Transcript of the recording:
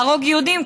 להרוג יהודים,